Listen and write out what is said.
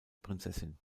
prinzessin